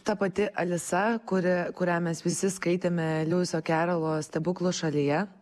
ta pati alisa kuri kurią mes visi skaitėme liuiso kerolo stebuklų šalyje